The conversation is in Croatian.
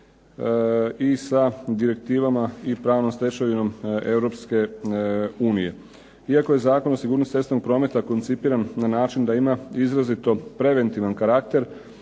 i sa direktivama i sa pravnom stečevinom Europske unije. Iako je Zakon o sigurnosti cestovnog prometa koncipiran na način da ima izrazito preventivan karakter